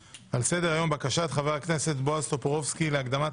סדר-היום: בקשת חבר הכנסת בועז טופורובסקי להקדמת